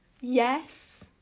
Yes